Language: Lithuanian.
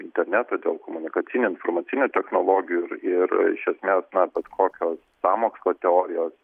interneto dėl komunikacinių informacinių technologijų ir ir iš esmės bet kokios sąmokslo teorijos